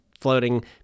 floating